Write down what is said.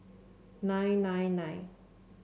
nine nine nine